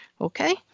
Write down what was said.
Okay